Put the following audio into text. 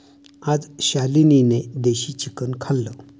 आज शालिनीने देशी चिकन खाल्लं